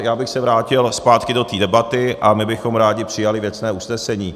Já bych se vrátil zpátky do debaty a my bychom rádi přijali věcné usnesení.